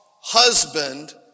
husband